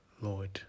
Lord